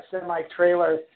semi-trailer